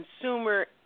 consumer